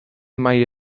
mai